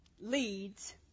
leads